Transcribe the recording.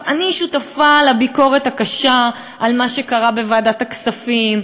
אני שותפה לביקורת הקשה על מה שקרה בוועדת הכספים,